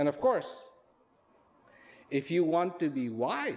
and of course if you want to be w